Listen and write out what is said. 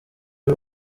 y’u